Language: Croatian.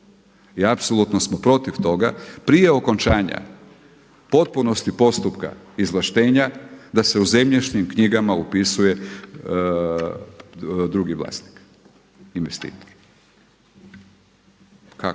I apsolutno smo protiv toga. Prije okončanja potpunosti postupka izvlaštenja da se u zemljišnim knjigama upisuje drugi vlasnik, investitor. Kako?